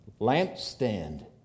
lampstand